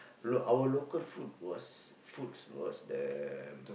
look our local food was foods was the